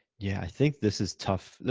yeah, i think this is tough.